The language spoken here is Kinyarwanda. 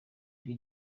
ijwi